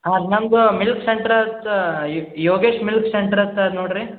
ಹಾಂ ನಮ್ದು ಮಿಲ್ಕ್ ಸೆಂಟ್ರದು ಯೋಗೇಶ್ ಮಿಲ್ಕ್ ಸೆಂಟ್ರ್ ಅತ್ತಾರ ನೋಡ್ರಿ